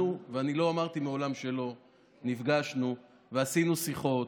אנחנו נפגשנו ועשינו שיחות,